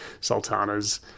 sultanas